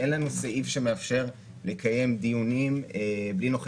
באופן כללי יש התאמה בין ההסדרים שגובשו